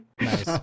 Nice